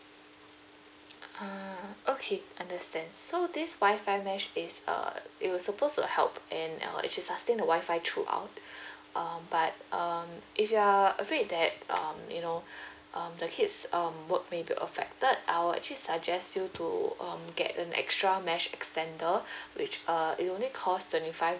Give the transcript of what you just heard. ah okay understand so this wi-fi mesh is err it will suppose to help and uh it should sustain the wi-fi throughout um but um if you are afraid that um you know um the kids um work may be affected I'll actually suggest you to um get an extra mesh extender which uh it only cost twenty five